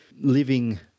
living